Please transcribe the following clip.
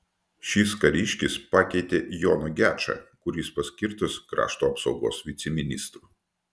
šis kariškis pakeitė joną gečą kuris paskirtas krašto apsaugos viceministru